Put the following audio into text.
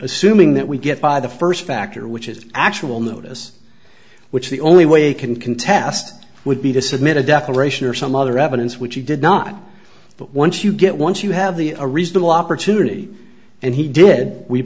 assuming that we get by the first factor which is actual notice which the only way he can contest would be to submit a decoration or some other evidence which he did not but once you get once you have the a reasonable opportunity and he did we